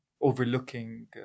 overlooking